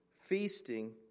feasting